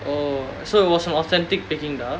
oh so it was an authentic peking duck